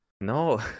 No